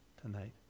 tonight